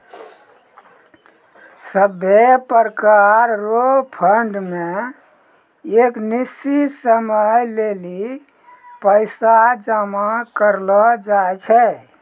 सभै प्रकार रो फंड मे एक निश्चित समय लेली पैसा जमा करलो जाय छै